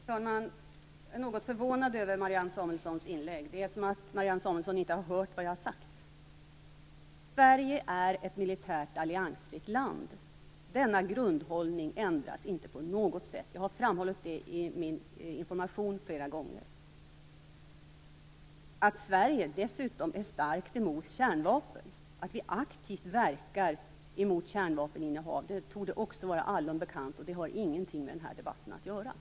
Herr talman! Jag är något förvånad över Marianne Samuelssons inlägg. Det är som om Marianne Samuelsson inte har hört vad jag har sagt. Sverige är ett militärt alliansfritt land. Denna grundhållning ändras inte på något sätt. Jag har framhållit det i min information till riksdagen flera gånger. Att Sverige dessutom är starkt mot kärnvapen och aktivt verkar mot kärnvapeninnehav torde vara allom bekant. Det har ingenting med den här debatten att göra.